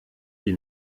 die